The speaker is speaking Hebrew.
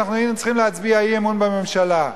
אנחנו היינו צריכים להצביע אי-אמון בממשלה.